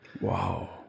Wow